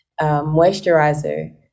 moisturizer